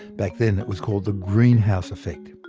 back then it was called the greenhouse effect.